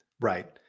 Right